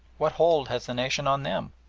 what hold has the nation on them?